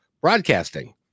broadcasting